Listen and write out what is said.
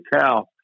cow